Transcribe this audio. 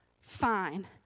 fine